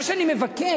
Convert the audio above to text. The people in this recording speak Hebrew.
מה שאני מבקש,